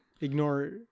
ignore